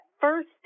first